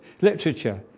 literature